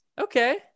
Okay